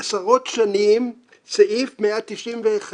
עשרות שנים סעיף 191